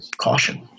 caution